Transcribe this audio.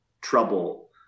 trouble